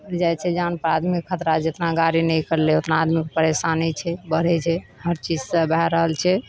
मरि जाइ छै जान पर आदमी खतरा जेतना गाड़ी नहि निकललै ओतना आदमीके परेशानी छै बढ़ै छै हर चीज से भए रहल छै